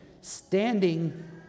standing